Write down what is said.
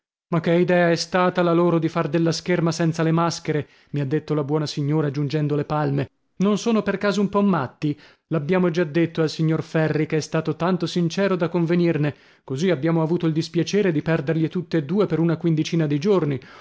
ma che idea è stata la loro di far della scherma senza le maschere mi ha detto la buona signora giungendo le palme non sono per caso un po matti l'abbiamo già detto al signor ferri che è stato tanto sincero da convenirne così abbiamo avuto il dispiacere di perderli tutt'e due per una quindicina di giorni